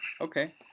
Okay